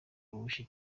uwishe